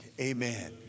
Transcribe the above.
Amen